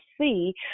see